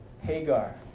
Hagar